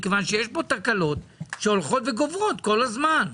מכיוון שיש תקלות שהולכות וגוברות כל הזמן.